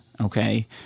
Okay